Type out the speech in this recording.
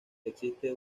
existe